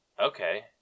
Okay